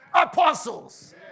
Apostles